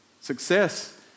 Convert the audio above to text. success